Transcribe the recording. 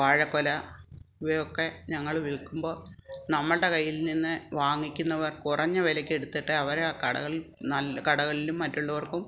വാഴക്കൊല ഇവയൊക്കെ ഞങ്ങൾ വിൽക്കുമ്പോൾ നമ്മളുടെ കയ്യിൽ നിന്ന് വാങ്ങിക്കുന്നവർ കുറഞ്ഞ വിലയ്ക്ക് എടുത്തിട്ട് അവർ കടകളിൽ നല്ല കടകളിലും മറ്റുള്ളവർക്കും